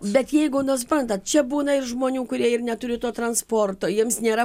bet jeigu nu suprantat čia būna ir žmonių kurie ir neturi to transporto jiems nėra